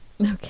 Okay